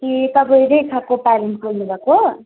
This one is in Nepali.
ए तपाईँ रेखाको प्यारेन्ट्स बोल्नु भएको